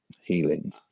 healing